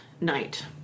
night